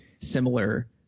similar